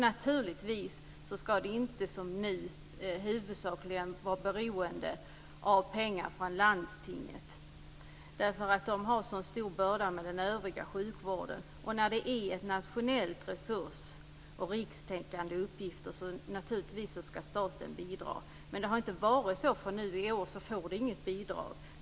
Naturligtvis ska det inte, som nu, huvudsakligen vara beroende av pengar från landstinget, därför att den övriga sjukvården är en så stor börda för landstinget. Eftersom det är en nationell resurs med rikstäckande uppgifter ska naturligtvis staten bidra. Men det har inte varit så. Därför får inte Rikskvinnocentrum något bidrag i år.